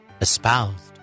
espoused